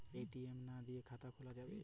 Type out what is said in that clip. ATM না নিয়ে খাতা খোলা যাবে?